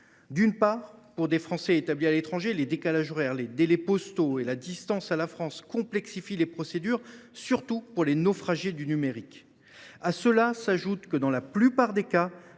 D’une part, pour des Français établis a à l’étranger, les décalages horaires, les délais postaux et la distance avec la France complexifient les procédures, surtout pour les naufragés du numérique. D’autre part, dans la plupart des cas,